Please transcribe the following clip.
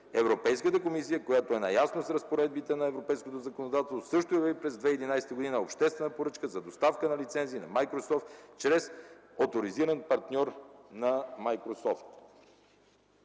Европейската комисия, която е наясно с разпоредбите на европейското законодателство, също обяви през 2011 г. обществена поръчка за доставка на лицензи на „Майкрософт” чрез оторизиран партньор на „Майкрософт”.